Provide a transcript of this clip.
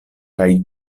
kaj